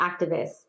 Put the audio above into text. activists